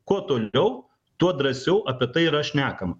kuo toliau tuo drąsiau apie tai yra šnekama